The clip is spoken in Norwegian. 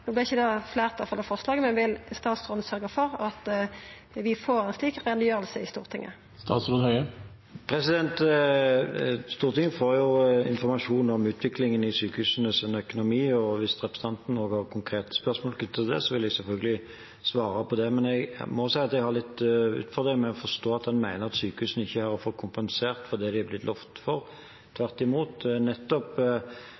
for det forslaget, men vil statsråden sørgja for at vi får ei slik utgreiing i Stortinget? Stortinget får jo informasjon om utviklingen i sykehusenes økonomi, og hvis representanten har konkrete spørsmål knyttet til det, vil jeg selvfølgelig svare på det. Men jeg må si at jeg har litt utfordringer med å forstå at en mener sykehusene ikke har fått kompensert for det de har blitt lovet. Tvert imot, nettopp det at vi legger inn om lag 2,4 mrd. kr for